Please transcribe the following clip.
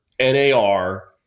NAR